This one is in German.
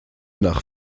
nach